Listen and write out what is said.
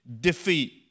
defeat